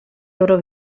loro